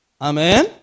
Amen